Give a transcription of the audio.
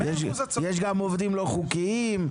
יש גם עובדים לא חוקיים,